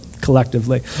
collectively